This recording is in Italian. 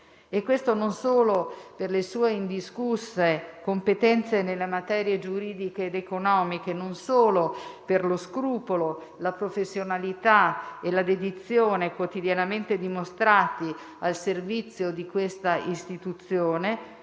questo non solo per le sue indiscusse competenze nelle materie giuridiche ed economiche, non solo per lo scrupolo, la professionalità e la dedizione quotidianamente dimostrati al servizio di questa istituzione,